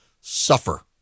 suffer